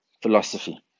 philosophy